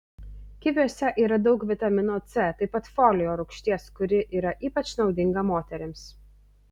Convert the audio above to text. kiviuose yra daug vitamino c taip pat folio rūgšties kuri yra ypač naudinga moterims